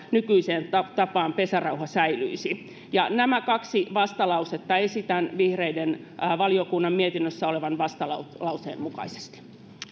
nykyiseen tapaan pesärauha säilyisi nämä kaksi vastalausetta esitän vihreiden valiokunnan mietinnössä olevan vastalauseen mukaisesti